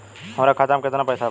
हमरा खाता मे केतना पैसा बा?